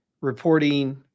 reporting